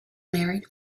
married